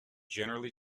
generally